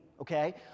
okay